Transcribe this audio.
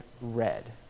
red